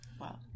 Wow